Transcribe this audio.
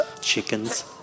chickens